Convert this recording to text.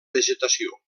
vegetació